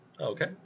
Okay